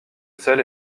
seul